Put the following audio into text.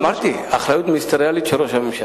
אמרתי, האחריות המיניסטריאלית היא של ראש הממשלה.